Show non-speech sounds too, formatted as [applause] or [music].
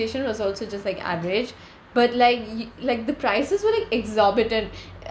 was also just like average but like it like the prices were like exorbitant [breath]